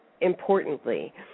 importantly